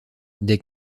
des